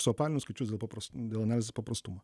suapvalinus skaičius dėl papras dėl analizės paprastumo